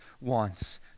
wants